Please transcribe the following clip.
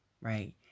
right